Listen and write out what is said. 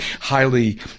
highly